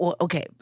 Okay